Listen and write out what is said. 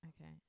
Okay